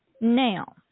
Now